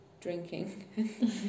drinking